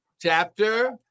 chapter